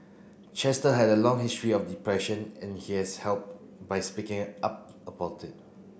Chester had a long history of depression and he has helped by speaking up about it